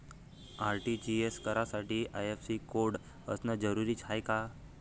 RTGS करासाठी IFSC code असनं जरुरीच हाय का?